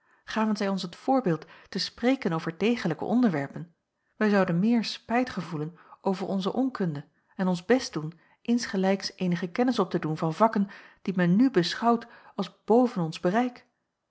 gaven zij ons het voorbeeld te spreken over degelijke onderwerpen wij zouden meer spijt gevoelen over onze onkunde en ons best doen insgelijks eenige kennis op te doen van vakken die men nu beschouwt als boven ons bejacob